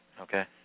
Okay